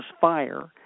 fire